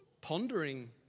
pondering